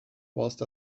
whilst